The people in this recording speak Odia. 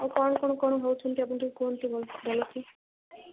ଆଉ କ'ଣ କ'ଣ କ'ଣ ହେଉଛନ୍ତି ଆପଣ ଟିକେ କୁହନ୍ତୁ ଭଲକି